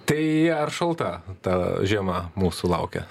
tai ar šalta ta žiema mūsų laukia